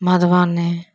Madhubani